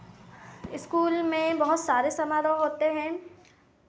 school में बहुत सारे समारोह होते हैं